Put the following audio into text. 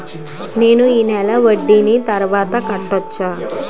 నేను ఈ నెల వడ్డీని తర్వాత కట్టచా?